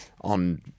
on